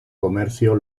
comercio